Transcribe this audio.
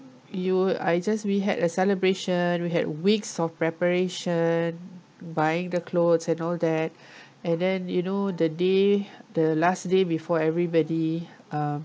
you I just we had a celebration we had weeks of preparation buying the clothes and all that and then you know the day the last day before everybody um